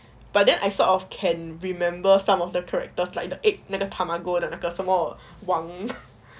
but then I sort of can remember some of their characters like the egg 那个 tamago 的那个什么王